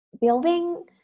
building